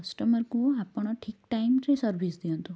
କଷ୍ଟମରକୁ ଆପଣ ଠିକ୍ ଟାଇମରେ ସର୍ଭିସ ଦିଅନ୍ତୁ